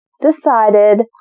decided